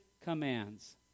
commands